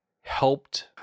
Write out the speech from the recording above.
helped